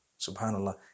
SubhanAllah